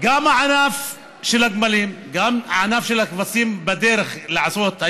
שגם הענף של הגמלים וגם הענף של הכבשים בדרך לעשות,